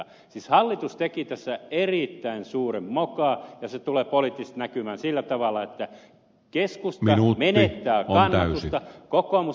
siis hallitus teki tässä erittäin suuren mokan ja se tulee poliittisesti näkymään sillä tavalla että keskusta menettää kannatustaan